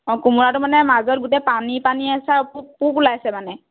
অ' কোমোৰাটো মানে মাজত গোটেই পানী পানী আছে আৰু পোক ওলাইছে মানে